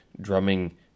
drumming